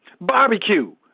Barbecue